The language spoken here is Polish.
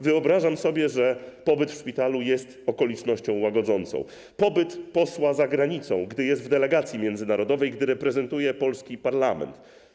Wyobrażam sobie, że pobyt w szpitalu jest okolicznością łagodzącą, tak jak pobyt posła za granicą, gdy jest w delegacji międzynarodowej, gdy reprezentuje polski parlament.